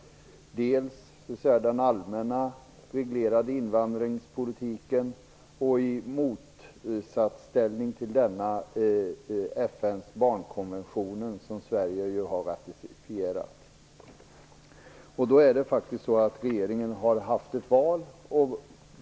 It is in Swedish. Det gäller både den allmänna reglerade invandringspolitiken och, i motsats till denna, FN:s barnkonvention som Sverige har ratificerat. Regeringen har faktiskt haft ett val.